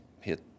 hit